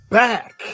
back